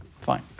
Fine